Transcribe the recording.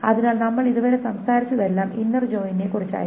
അതിനാൽ നമ്മൾ ഇതുവരെ സംസാരിച്ചതെല്ലാം ഇന്നർ ജോയിനിനെക്കുറിച്ചായിരുന്നു